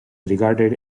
regarded